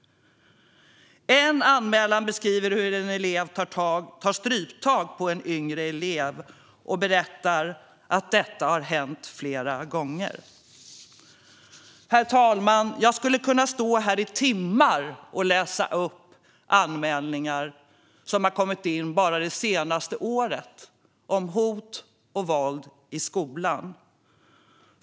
En anmälare beskriver hur en elev tar stryptag på en yngre elev och berättar att detta har hänt flera gånger. Herr talman! Jag skulle kunna stå här i timmar och läsa upp anmälningar som har kommit in bara det senaste året om hot och våld i skolan.